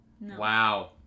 Wow